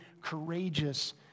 courageous